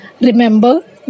Remember